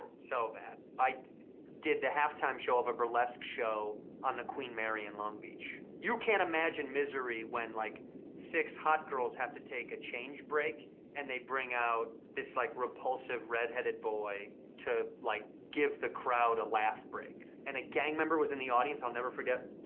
so bad. i did the half time show of a burlesque show on the queen mary in long beach. you can't imagine misery when like six hot girls have to take a change break and they bring out this like repulsive red-headed boy to like give the crowd a laugh break. and a gang member was in the audience, i'll never forget.